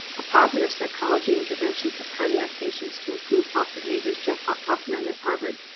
a positive psychology intervention for cardiac patients to improve health behaviors jeff hoffman at harvard.